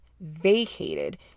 vacated